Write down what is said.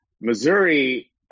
Missouri